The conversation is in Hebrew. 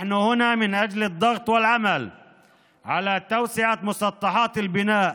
אנחנו פה כדי ללחוץ ולפעול להרחבת שטחי הבנייה